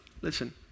listen